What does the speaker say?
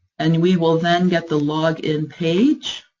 and we will then get the log-in page.